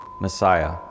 messiah